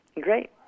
Great